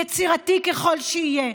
יצירתי ככל שיהיה,